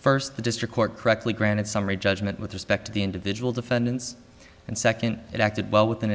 first the district court correctly granted summary judgment with respect to the individual defendants and second it acted well within